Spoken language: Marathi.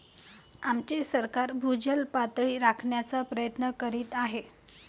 आमचे सरकार भूजल पातळी राखण्याचा प्रयत्न करीत आहे